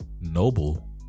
Noble